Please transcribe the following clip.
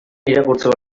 irakurtzeko